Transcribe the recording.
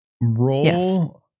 Roll